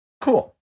Cool